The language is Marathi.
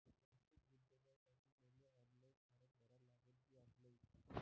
पैसे गुंतन्यासाठी मले ऑनलाईन फारम भरा लागन की ऑफलाईन?